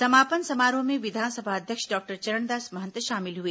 समापन समारोह में विधानसभा अध्यक्ष डॉक्टर चरणदास महंत शामिल हुए